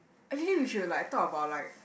actually we should like talk about like